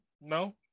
no